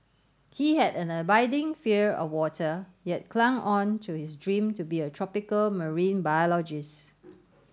he had an abiding fear of water yet clung on to his dream to be a tropical marine biologist